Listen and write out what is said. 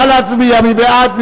נא להצביע, מי בעד?